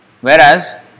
Whereas